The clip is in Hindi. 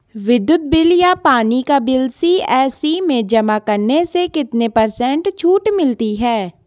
विद्युत बिल या पानी का बिल सी.एस.सी में जमा करने से कितने पर्सेंट छूट मिलती है?